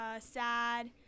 Sad